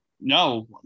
No